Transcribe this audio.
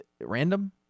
random